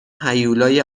هیولای